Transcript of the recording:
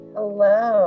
Hello